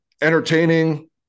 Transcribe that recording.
entertaining